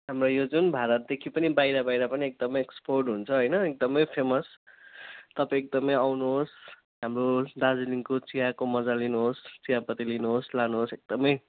हाम्रो यो जुन भारतदेखि पनि बाहिर बाहिर पनि एकदमै एक्सपोर्ट हुन्छ होइन एकदमै फेमस तपाईँ एकदमै आउनुहोस् हाम्रो दार्जिलिङको चियाको मजा लिनुहोस् चियापत्ती लिनुहोस् लानुहोस् एकदमै